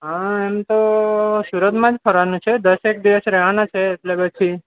હં એમ તો સુરતમાં જ ફરવાનું છે દસેક દિવસ રહેવાનું છે એટલે પછી